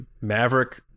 Maverick